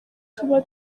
tuba